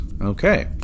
Okay